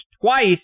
twice